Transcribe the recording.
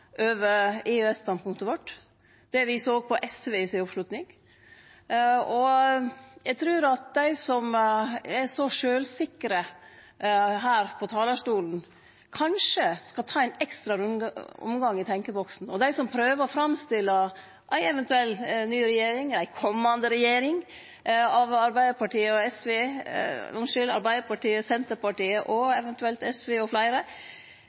vårt. Det viser òg oppslutnaden til SV. Eg trur at dei som er så sjølvsikre her på talarstolen, kanskje skal ta ein ekstra omgang i tenkjeboksen, og dei som prøver å framstille ei eventuell ny regjering slik – ei komande regjering av Arbeidarpartiet, Senterpartiet og eventuelt SV